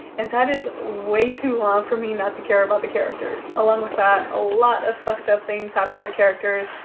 and that is way too long for me not to care about the characters. along with that, a lot of fucked up things happens to the characters.